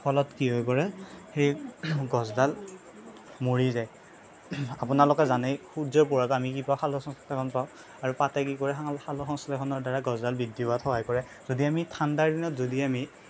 ফলত কি হৈ পৰে সেই গছডাল মৰি যায় আপোনালোকে জানেই সূৰ্যৰ পোহৰত আমি কি পাওঁ সালোক সংশ্লেষণ পাওঁ আৰু পাতে কি কৰে সালোক সালোক সংশ্লেষণৰ দ্বাৰা গছডাল বৃদ্ধি হোৱাত সহায় কৰে যদি আমি ঠাণ্ডাৰ দিনত যদি আমি